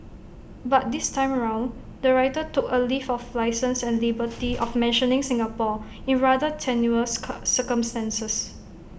but this time round the writer took A leave of licence and liberty of mentioning Singapore in rather tenuous circumstances